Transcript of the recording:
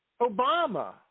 Obama